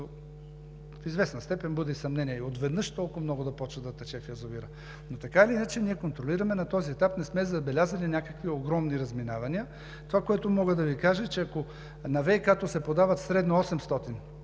в известна степен буди съмнение – отведнъж толкова много да започне да тече в язовира. Но така или иначе ние контролираме, на този етап не сме забелязали някакви огромни разминавания. Това, което мога да Ви кажа е, че ако на ВиК-то се подават средно 800